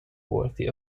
worthy